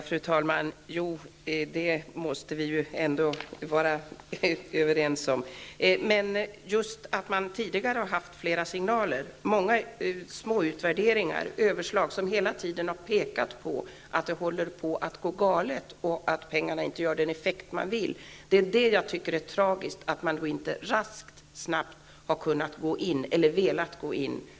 Fru talman! Jo, det måste vi ändå sägas vara överens om. Men just det faktum att det tidigare förekommit flera signaler -- det gäller då många små utvärderingar och överslag -- som hela tiden har pekat mot att det hela håller på att gå galet och att pengarna inte har avsedd effekt. Det som jag tycker är tragiskt är att man då inte snabbt har kunnat, eller velat, gå in med åtgärder.